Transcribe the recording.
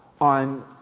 on